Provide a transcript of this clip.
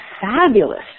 fabulous